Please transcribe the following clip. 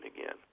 again